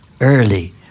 early